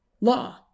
law